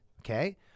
Okay